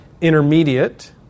intermediate